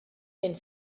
den